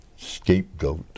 scapegoat